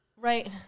Right